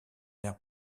aire